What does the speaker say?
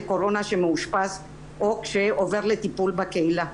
קורונה שמאושפז או כשעובר לטיפול בקהילה.